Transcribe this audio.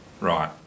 Right